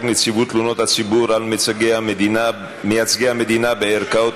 נציבות תלונות הציבור על מייצגי המדינה בערכאות,